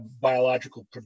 biological